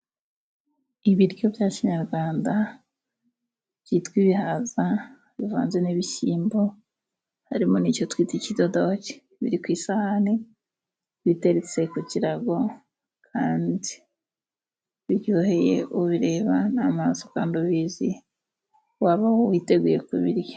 Ibiryo bya kinyarwanda byitwa ibihaza bivanze n'ibishyimbo harimo nicyo twita ikidodoke biri ku isahani biteretse ku kirago kandi biryoheye ubireba n'amaso kandi ubizi waba witeguye kubirya.